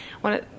one